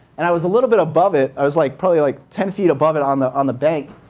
and i was a little bit above it. i was like probably like ten feet above it on the on the bank.